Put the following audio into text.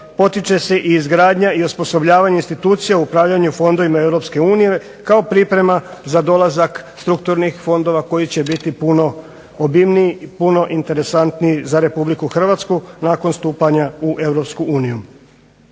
potiče se izgradnja i osposobljavanje institucija u upravljanju fondovima Europske unije kao priprema za dolazak strukturnih fondova koji će biti puno obilniji i interesantniji za Republiku Hrvatsku nakon stupanja u